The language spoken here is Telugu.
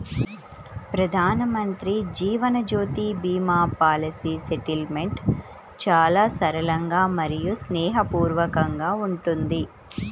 ప్రధానమంత్రి జీవన్ జ్యోతి భీమా పాలసీ సెటిల్మెంట్ చాలా సరళంగా మరియు స్నేహపూర్వకంగా ఉంటుంది